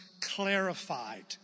clarified